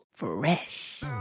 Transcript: Fresh